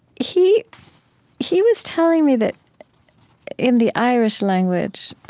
he he was telling me that in the irish language,